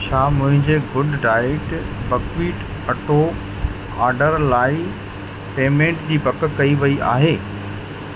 छा मुंहिंजे good diet buckwheat atta order लाइ पेमेंट जी पक कई वेई आहे